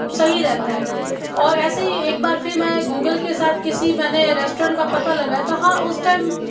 सही रहता है और ऐसे ही एक बार फिर मैं गूगल के साथ किसी मैंने रेस्टोरेंट का पता लगाया था हाँ उस टाइम